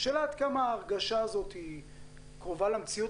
השאלה עד כמה ההרגשה הזאת היא קרובה למציאות